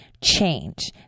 change